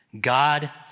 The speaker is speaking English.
God